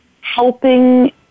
helping